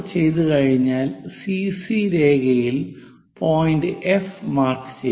അത് ചെയ്തുകഴിഞ്ഞാൽ സിസി രേഖയിൽ പോയിന്റ് എഫ് മാർക്ക് ചെയ്യുക